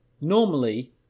Normally